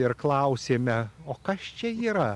ir klausėme o kas čia yra